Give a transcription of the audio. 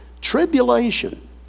Tribulation